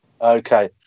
Okay